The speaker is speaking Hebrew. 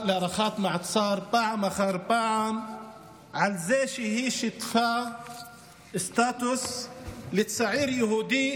להארכת מעצר פעם אחר פעם על זה שהיא שיתפה סטטוס של צעיר יהודי